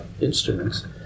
instruments